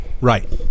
Right